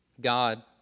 God